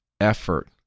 effort